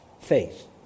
faith